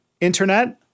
internet